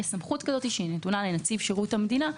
יש סמכות כזאת שנתונה לנציב שירות המדינה,